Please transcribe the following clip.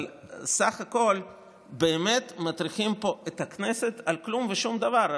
אבל בסך הכול באמת מטריחים פה את הכנסת על כלום ושום דבר.